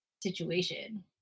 situation